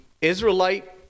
Israelite